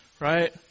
right